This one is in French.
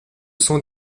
son